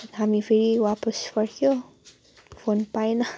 हामी फेरि वापस फर्कियो फोन पाएन